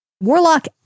Warlock